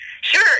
Sure